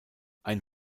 ein